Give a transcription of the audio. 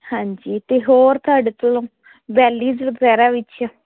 ਹਾਂਜੀ ਅਤੇ ਹੋਰ ਤੁਹਾਡੇ ਕੋਲੋਂ ਬੈਲੀਸ ਵਗੈਰਾ ਵਿੱਚ